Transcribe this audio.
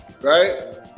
right